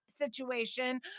situation